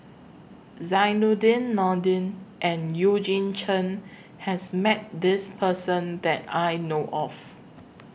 Zainudin Nordin and Eugene Chen has Met This Person that I know of